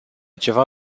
ceva